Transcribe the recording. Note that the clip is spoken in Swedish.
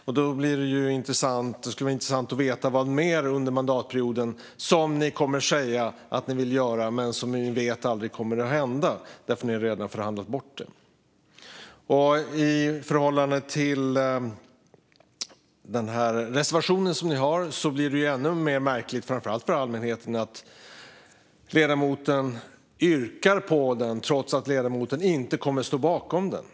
Det skulle vara intressant att veta vad mer under mandatperioden som ni kommer att säga att ni vill göra men som ni vet aldrig kommer att hända, därför att ni redan har förhandlat bort det. I förhållande till den reservation som ni har blir det ännu mer märkligt, framför allt för allmänheten. Ledamoten yrkar på den trots att ledamoten inte kommer att stå bakom den.